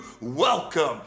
welcome